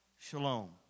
Shalom